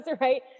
right